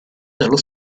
dallo